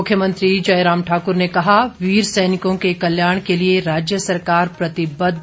मुख्यमंत्री जयराम ठाकुर ने कहा वीर सैनिकों के कल्याण के लिए राज्य सरकार प्रतिबद्द